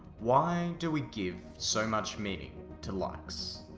why do we give so much meaning to likes?